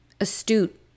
astute